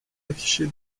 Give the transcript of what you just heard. affichée